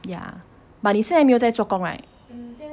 ya but 你现在没有做工 right